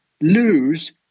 lose